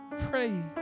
pray